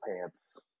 pants